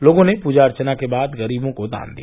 लोगों ने पूजा अर्चना के बाद गरीबों को दान किया